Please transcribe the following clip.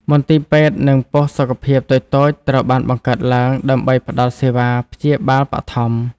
មន្ទីរពេទ្យ និងប៉ុស្តិ៍សុខភាពតូចៗត្រូវបានបង្កើតឡើង ដើម្បីផ្ដល់សេវាព្យាបាលបឋម។